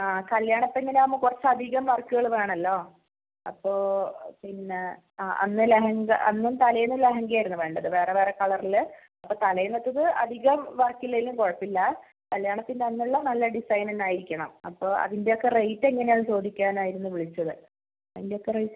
ആ കല്യാണ പെണ്ണിനാവുമ്പോൾ കുറച്ചധികം വർക്കുകൾ വേണമല്ലോ അപ്പോൾ പിന്നെ ആ അന്ന് ലെഹങ്ക അന്നും തലേന്നും ലെഹെങ്കയായിരുന്നു വേണ്ടത് വേറെ വേറെ കളറിൽ തലേന്നത്തേത് അധികം വർക്ക് ഇല്ലെങ്കിലും കുഴപ്പമില്ല കല്യാണത്തിന് അന്നുള്ള നല്ല ഡിസൈൻ തന്നെ ആയിരിക്കണം അപ്പോൾ അതിൻ്റെയൊക്കെ റേറ്റ് എങ്ങനെയാണെന്ന് ചോദിക്കാനായിരുന്നു വിളിച്ചത് അതിൻ്റെയൊക്കെ റേറ്റ്